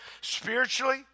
spiritually